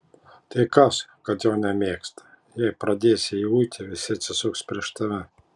tai kas kad jo nemėgsta jei pradėsi jį uiti visi atsisuks prieš tave